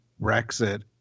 Brexit